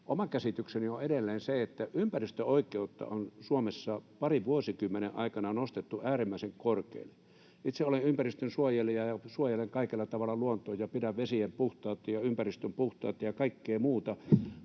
Oma käsitykseni on edelleen se, että ympäristöoikeutta on Suomessa parin vuosikymmenen aikana nostettu äärimmäisen korkealle. Itse olen ympäristönsuojelija, suojelen kaikella tavalla luontoa, ja pidän tärkeänä vesien puhtautta ja ympäristön puhtautta ja kaikkea muuta.